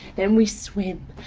then we swim.